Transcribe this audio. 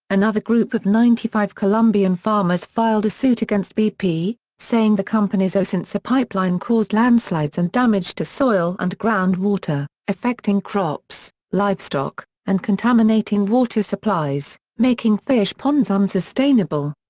another group of ninety five colombian farmers filed a suit against bp, saying the company's ocensa pipeline caused landslides and damage to soil and groundwater, affecting crops, livestock, and contaminating water supplies, making fish ponds unsustainable.